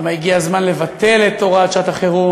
למה הגיע הזמן לבטל את הוראת שעת-החירום,